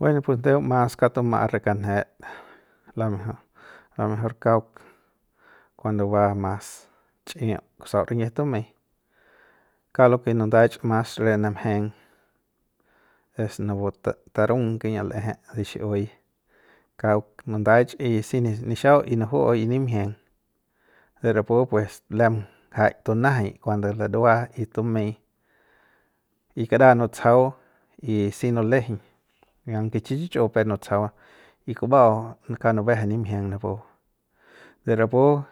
Bueno pues ndeu mas kauk tuma'a re kanjet la mejo la mejor kauk kuando va mas chi'uk kusau rinyiji tumei kauk lo ke nundach mas re namjeng tarung kiñiu l'eje de xi'iui kauk nundach y si nixau y nuju'u y nimjieng de rapu pues lem ngjaik tunajai kuando larua y tumei y kara nutsajau y si nulejeiñ aunque chi chich'u pe nutsajau y kuba'au kauk nubeje nimjieng napu de rapu